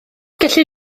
gellir